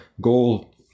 goal